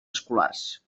escolars